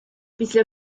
після